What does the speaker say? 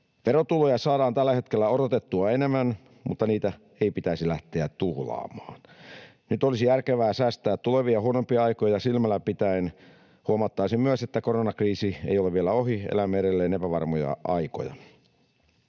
Verotuloja saadaan tällä hetkellä odotettua enemmän, mutta niitä ei pitäisi lähteä tuhlaamaan. Nyt olisi järkevää säästää tulevia huonompia aikoja silmällä pitäen. Huomauttaisin myös, että koronakriisi ei ole vielä ohi. Elämme edelleen epävarmoja aikoja.